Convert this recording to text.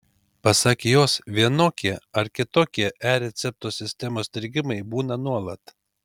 pasak jos vienokie ar kitokie e recepto sistemos strigimai būna nuolat